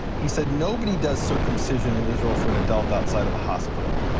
he said nobody does circumcision in israel for an adult outside of a hospital.